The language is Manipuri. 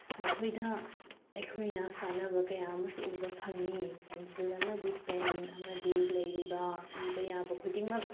ꯃꯈꯣꯏꯗ ꯑꯩꯈꯣꯏꯅ ꯀꯥꯟꯅꯕ ꯀꯌꯥ ꯑꯃꯁꯨ ꯎꯕ ꯐꯪꯏ ꯄꯦꯟꯁꯤꯜ ꯑꯃꯗꯤ ꯄꯦꯟ ꯑꯃꯗꯤ ꯂꯩꯔꯤꯕ ꯏꯕ ꯌꯥꯕ ꯈꯨꯗꯤꯡꯃꯛ